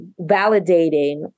validating